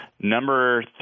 number